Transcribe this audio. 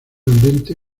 ambiente